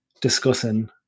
discussing